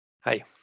Hi